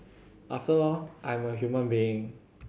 after all I'm a human being